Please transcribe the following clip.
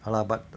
!hanna! but